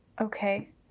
Okay